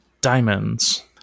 Diamonds